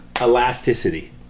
elasticity